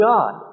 God